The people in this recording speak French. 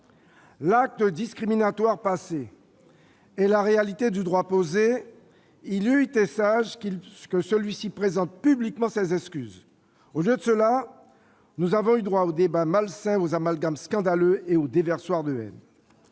L'acte discriminatoire passé et la réalité du droit posé, il eût été sage que celui-ci présente publiquement ses excuses. Au lieu de cela, nous avons eu droit aux débats malsains, aux amalgames scandaleux et à un déversoir de haine.